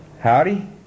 Howdy